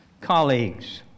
colleagues